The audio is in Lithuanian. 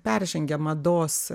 peržengia mados